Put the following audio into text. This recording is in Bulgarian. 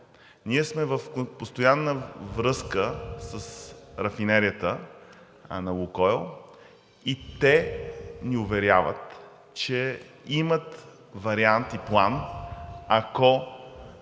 Ние сме в постоянна връзка с рафинерията на „Лукойл“ и те ни уверяват, че имат вариант и план, ако,